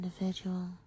Individual